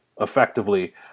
effectively